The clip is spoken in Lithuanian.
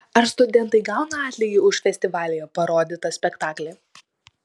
ar studentai gauna atlygį už festivalyje parodytą spektaklį